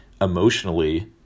emotionally